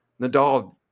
Nadal